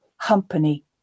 company